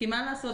מה לעשות,